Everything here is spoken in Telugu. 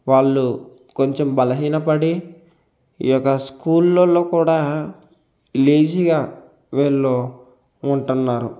వాళ్ళు కొంచం బలహీనపడి ఈ యొక్క స్కూళ్ళల్లో కూడా లేజిగా వీళ్ళు ఉంటున్నారు